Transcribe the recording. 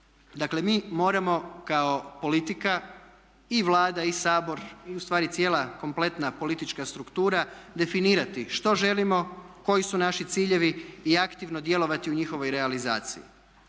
Dakle mi moramo kao politika i Vlada i Sabor i ustvari cijela kompletna politička struktura definirati što želimo, koji su naši ciljevi i aktivno djelovati u njihovoj realizaciji.